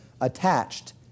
attached